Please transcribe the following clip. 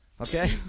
Okay